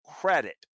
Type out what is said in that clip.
credit